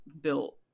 built